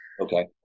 Okay